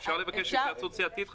אפשר לבקש התייעצות סיעתית?